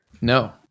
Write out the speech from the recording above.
no